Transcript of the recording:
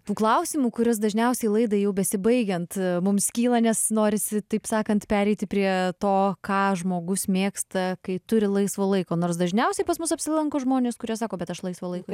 tų klausimų kuris dažniausiai laidai jau besibaigiant mums kyla nes norisi taip sakant pereiti prie to ką žmogus mėgsta kai turi laisvo laiko nors dažniausiai pas mus apsilanko žmonės kurie sako bet aš laisvo laiko